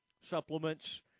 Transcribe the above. supplements